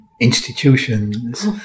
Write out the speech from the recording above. institutions